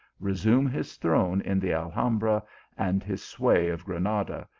resume his throne in the al hambra and his sway of granada,